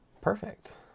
perfect